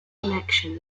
election